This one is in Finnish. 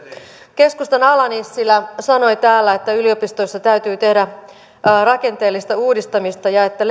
keskustan ala nissilä sanoi täällä että yliopistoissa täytyy tehdä rakenteellista uudistamista ja että